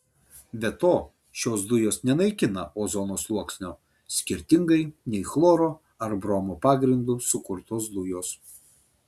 be to šios dujos nenaikina ozono sluoksnio skirtingai nei chloro ar bromo pagrindu sukurtos dujos